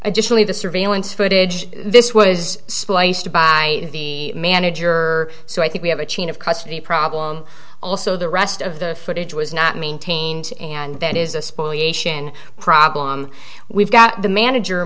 additionally the surveillance footage this was spliced by the manager so i think we have a chain of custody problem also the rest of the footage was not maintained and that is especially ation problem we've got the manager